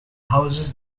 houses